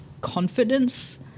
confidence